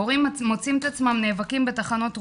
הורים מוצאים את עצמם נאבקים בטחנות רוח,